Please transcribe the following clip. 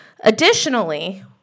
Additionally